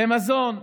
במזון.